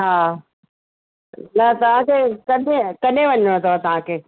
हा हीअ तव्हांखे कॾहिं कॾहिं वञिणो अथव तव्हांखे